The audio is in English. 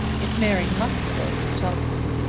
if mary must go to cheltenham,